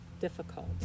difficult